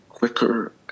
quicker